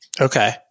Okay